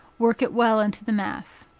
work it well into the mass.